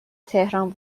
تهران